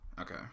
Okay